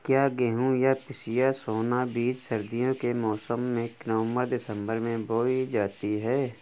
क्या गेहूँ या पिसिया सोना बीज सर्दियों के मौसम में नवम्बर दिसम्बर में बोई जाती है?